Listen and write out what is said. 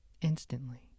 Instantly